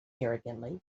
arrogantly